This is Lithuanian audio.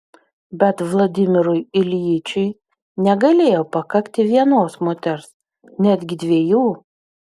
bet vladimirui iljičiui negalėjo pakakti vienos moters netgi dviejų